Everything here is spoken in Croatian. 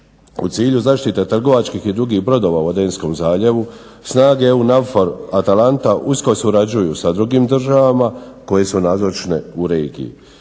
U cilju zaštite trgovačkih i drugih brodova u Adenskom zaljevu snage EU NAVFOR Atalanta usko surađuju sa drugim državama koje su nazočne u regiji.